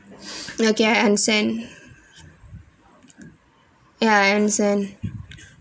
okay I understand ya I understand